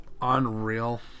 Unreal